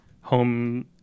home